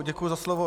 Děkuji za slovo.